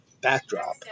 backdrop